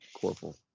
Corporal